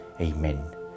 Amen